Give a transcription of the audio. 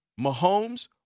Mahomes